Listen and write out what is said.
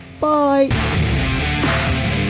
Bye